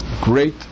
great